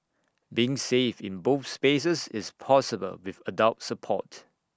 being safe in both spaces is possible with adult support